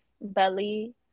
Belly